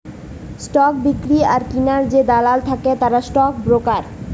stock বিক্রি আর কিনার যে দালাল থাকে তারা স্টক ব্রোকার